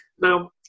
Now